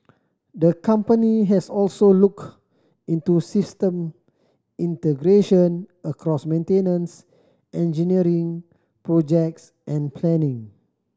the company has also looked into system integration across maintenance engineering projects and planning